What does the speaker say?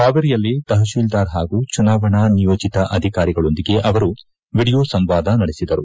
ಹಾವೇರಿಯಲಿ ತಹತೀಲ್ದಾರ್ ಹಾಗೂ ಚುನಾವಣಾ ನಿಯೋಜತ ಅಧಿಕಾರಿಗಳೊಂದಿಗೆ ಅವರು ವಿಡಿಯೊ ಸಂವಾದ ನಡೆಸಿದರು